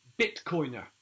Bitcoiner